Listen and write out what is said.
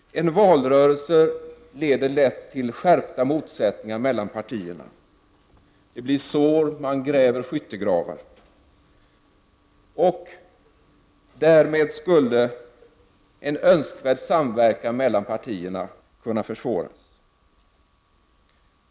En valrörelse leder lätt till skärpta motsättningar mellan partierna. Det blir sår, och man gräver skyttegravar. Därmed skulle en önskad samverkan mellan partierna försvåras.